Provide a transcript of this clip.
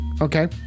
Okay